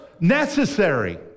necessary